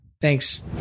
Thanks